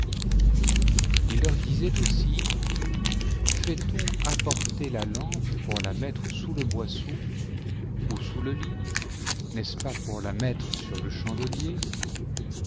il leur disait aussi faiton apporter la lampe pour la mettre sous le boisseau ou sous le lit vl est-ce pas pour la mettre sur le chandelier